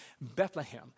Bethlehem